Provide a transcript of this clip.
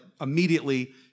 immediately